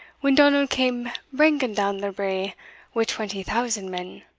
when donald came branking down the brae wi' twenty thousand men.